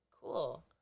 Cool